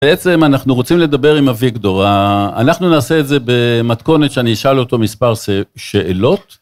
בעצם אנחנו רוצים לדבר עם אביגדור, אנחנו נעשה את זה במתכונת שאני אשאל אותו מספר שאלות.